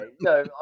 no